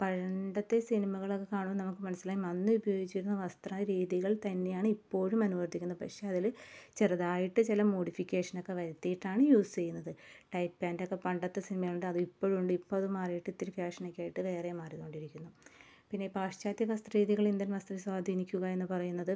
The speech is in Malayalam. പണ്ടത്തെ സിനിമകളൊക്കെ കാണുമ്പോൾ നമുക്ക് മനസ്സിലായി അന്ന് ഉപയോഗിച്ചിരുന്ന വസ്ത്ര രീതികൾ തന്നെയാണ് ഇപ്പോഴും അനുവർത്തിക്കുന്നത് പക്ഷെ അതിൽ ചെറുതായിട്ട് ചില മോഡിഫിക്കേഷനൊക്കെ വരുത്തിയിട്ടാണ് യൂസ് ചെയ്യുന്നത് ടൈറ്റ് പാൻറ്റൊക്കെ പണ്ടത്തെ സിനിമയുണ്ട് ഇതിപ്പഴും ഉണ്ട് ഇപ്പം അത് മാറിയിട്ട് ഇത്തിരി ഫാഷനൊക്കെ ആയിട്ട് വേറെ മാറിക്കൊണ്ടിരിക്കുന്നു പിന്നെ ഈ പാശ്ചാത്യ വസ്ത്ര രീതികൾ ഇന്ത്യൻ വസ്ത്ര സ്വാധീനിക്കുക എന്ന് പറയുന്നത്